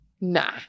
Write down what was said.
nah